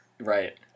Right